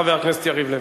חבר הכנסת יריב לוין.